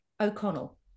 O'Connell